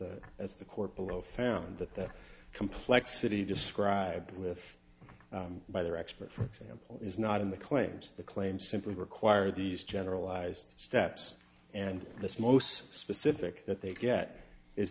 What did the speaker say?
as the court below found that the complexity described with by their expert for example is not in the claims of the claim simply require these generalized steps and this most specific that they get is